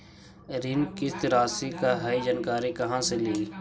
ऋण किस्त रासि का हई जानकारी कहाँ से ली?